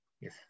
Yes